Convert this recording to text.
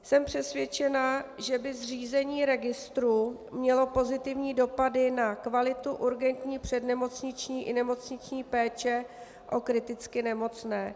Jsem přesvědčena, že by zřízení registru mělo pozitivní dopady na kvalitu urgentní přednemocniční i nemocniční péče o kriticky nemocné.